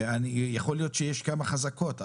ויכול להיות שיש כמה חזקות,